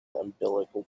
umbilical